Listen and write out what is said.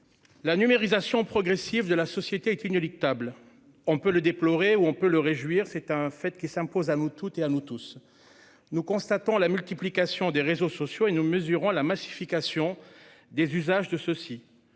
la numérisation progressive de la société est inéluctable. Qu'on le déplore ou qu'on s'en réjouisse, c'est un fait qui s'impose à nous toutes et à nous tous : nous constatons la multiplication des réseaux sociaux et nous mesurons la massification de leurs usages, pour